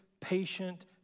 patient